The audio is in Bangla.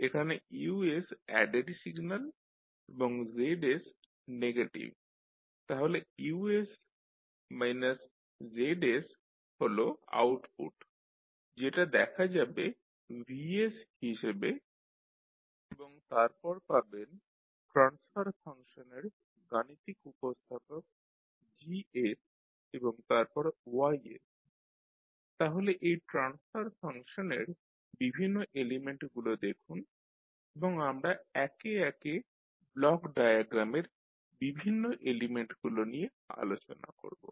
এখানে U অ্যাডেড সিগন্যাল এবং Z নেগেটিভ তাহলে Us Z হল আউটপুট যেটা দেখা যাবে V হিসাবে এবং তারপর পাবেন ট্রান্সফার ফাংশনের গাণিতিক উপস্থাপক G এবং তারপর Y তাহলে এই ট্রান্সফার ফাংশনের বিভিন্ন এলিমেন্টগুলো দেখুন এবং আমরা একে একে ব্লক ডায়াগ্রামের বিভিন্ন এলিমেন্টগুলো নিয়ে আলোচনা করবো